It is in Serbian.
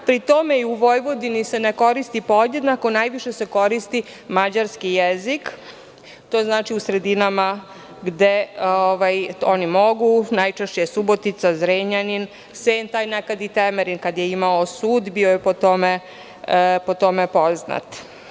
Pri tome, i u Vojvodine se ne koristi podjednako najviše se koristi mađarski jezik, to znači u sredinama gde oni mogu, najčešće je Subotica, Zrenjanin, Senta, nekada i Temerin kada je imao sud bio je po tome poznat.